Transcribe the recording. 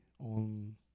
on